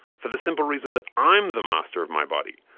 for the simple reason that i'm the master of my body.